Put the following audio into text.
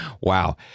wow